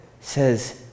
says